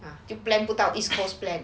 plan 不到 east coast plan